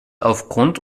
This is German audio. aufgrund